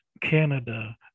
Canada